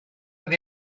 oedd